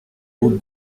route